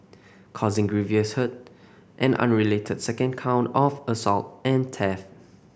causing grievous hurt an unrelated second count of assault and theft